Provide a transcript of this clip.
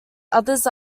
others